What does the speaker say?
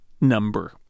number